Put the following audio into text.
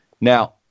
Now